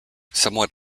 somewhat